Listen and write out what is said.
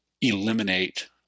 eliminate